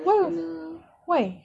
what the why